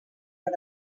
per